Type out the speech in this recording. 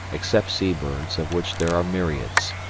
except sea birds, of which there are myriads.